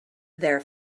their